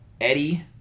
Eddie